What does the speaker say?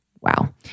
Wow